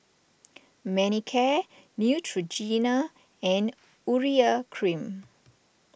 Manicare Neutrogena and Urea Cream